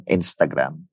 Instagram